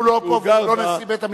שהוא גר בה,